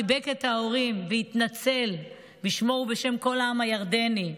חיבק את ההורים והתנצל בשמו ובשם כל העם הירדני.